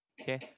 Okay